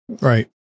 Right